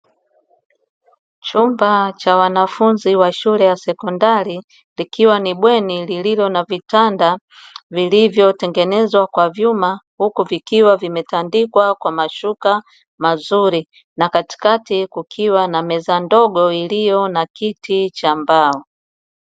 Chumba cha wanafunzi wa shule ya sekondari ikiwa ni bweni lililo na vitanda vilivyotengenezwa kwa vyuma, huku vikiwa vimetandikwa kwa mashuka mazuri na katikati kukiwa na meza ndogo iliyo na kiti cha mbao.